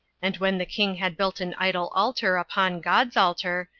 and when the king had built an idol altar upon god's altar,